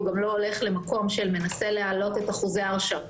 הוא גם לא הולך למקום שמנסה להעלות את אחוזי ההרשעות